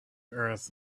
earth